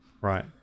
Right